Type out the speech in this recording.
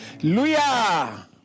hallelujah